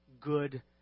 good